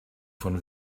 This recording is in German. von